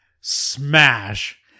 smash